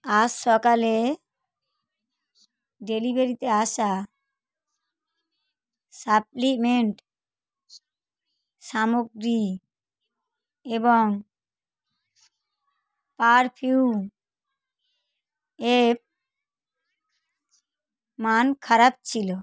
আজ সকালে ডেলিভারিতে আসা সাপ্লিমেন্ট সামগ্রী এবং পারফিউম এর মান খারাপ ছিল